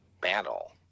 battle